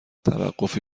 توقفی